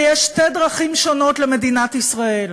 ויש שתי דרכים שונות למדינת ישראל: